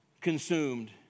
consumed